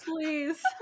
please